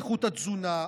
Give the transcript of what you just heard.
איכות התזונה,